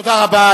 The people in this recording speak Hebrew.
תודה רבה.